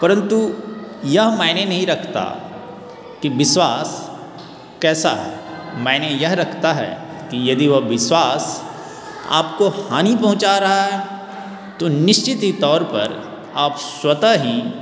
परंतु यह मायने नहीं रखता कि विश्वास कैसा है मायने यह रखता है कि यदि वह विश्वास आपको हानि पहुंचा रहा है तो निश्चित ही तौर पर आप स्वतः ही